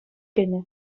кӗнӗ